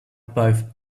both